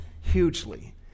hugely